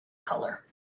color